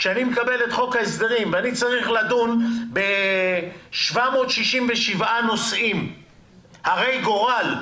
כשאני מקבל את חוק ההסדרים ואני צריך לדון ב-767 נושאים הרי גורל,